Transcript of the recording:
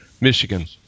Michigan